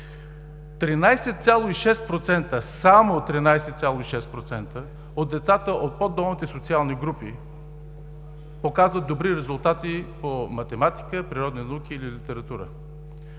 13,6%! – от децата от по-долните социални групи показват добри резултати по математика, природни науки или литература.